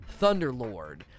Thunderlord